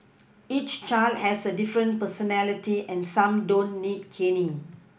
each child has a different personality and some don't need caning